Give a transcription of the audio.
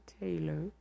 Taylor